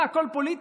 מה, הכול פוליטיקה?